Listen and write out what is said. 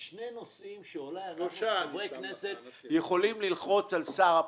יש שני נושאים שחברי הכנסת יכולים ללחוץ על שר הפנים.